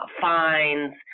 fines